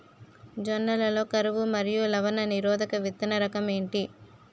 జొన్న లలో కరువు మరియు లవణ నిరోధక విత్తన రకం ఏంటి?